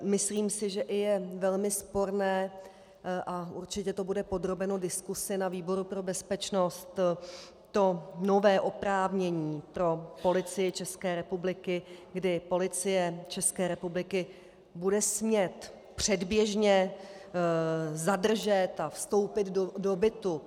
Myslím si, že je i velmi sporné, a určitě to bude podrobeno diskusi na výboru pro bezpečnost, to nové oprávnění pro Policii České republiky, kdy Policie České republiky bude smět předběžně zadržet a vstoupit do bytu.